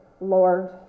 Lord